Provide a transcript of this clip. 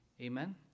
Amen